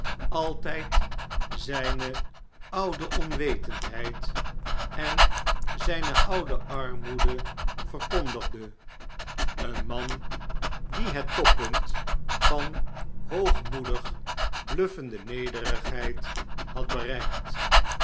altijd zijne oude onwetendheid en zijne oude armoede verkondigde een man die het toppunt van hoogmoedig bluffende nederigheid had bereikt